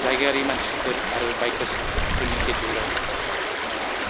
जायगायारि मानसिफोर आरो बाइकारस फोरनि गेजेराव